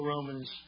Romans